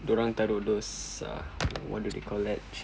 dorang taruk those uh what do they call that